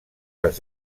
les